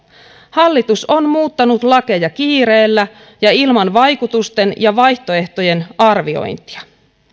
hallitus on muuttanut lakeja kiireellä ja ilman vaikutusten ja vaihtoehtojen arviointia